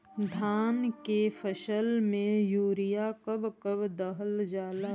धान के फसल में यूरिया कब कब दहल जाला?